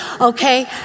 okay